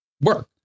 work